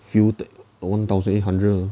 fuel tank ah one thousand eight hundred ah